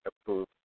approved